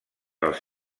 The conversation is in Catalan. als